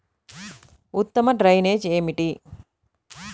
ఉత్తమ డ్రైనేజ్ ఏమిటి?